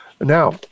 Now